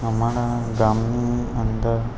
અમારા ગામની અંદર